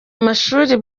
amashuri